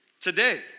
today